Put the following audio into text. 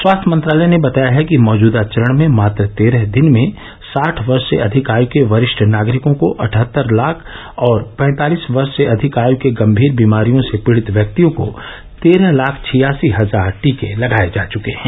स्वास्थ्य मंत्रालय ने बताया है कि मौजूदा चरण में मात्र तेरह दिन में साठ वर्ष से अधिक आयु के वरिष्ठ नागरिकों को अठहत्तर लाख और पैंतालीस वर्ष से अधिक आय के गंभीर बीमारियों से पीडित व्यक्तियों को तेरह लाख छियासी हजार टीके लगाये जा चुके हैं